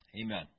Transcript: Amen